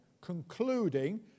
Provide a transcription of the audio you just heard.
concluding